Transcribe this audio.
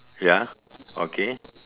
ya okay